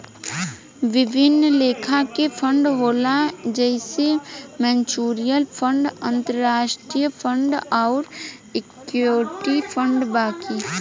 विभिन्न लेखा के फंड होला जइसे म्यूच्यूअल फंड, अंतरास्ट्रीय फंड अउर इक्विटी फंड बाकी